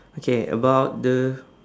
okay about the